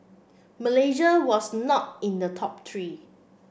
Malaysia was not in the top three